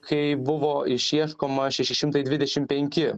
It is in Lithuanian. kai buvo išieškoma šeši šimtai dvidešim penki